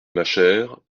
machère